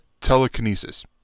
telekinesis